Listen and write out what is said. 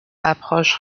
approche